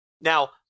Now